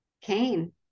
Cain